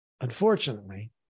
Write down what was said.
Unfortunately